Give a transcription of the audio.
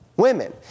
women